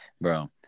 bro